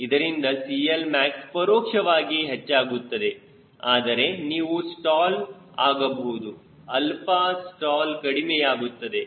ಇದರಿಂದ CLmax ಪರೋಕ್ಷವಾಗಿ ಹೆಚ್ಚಾಗುತ್ತದೆ ಆದರೆ ನೀವು ಸ್ಟಾಲ್ ಆಗಬಹುದು ಆಲ್ಫಾ ಸ್ಟಾಲ್ ಕಡಿಮೆಯಾಗುತ್ತದೆ